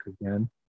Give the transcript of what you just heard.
again